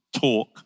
talk